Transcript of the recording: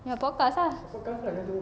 ya podcast lah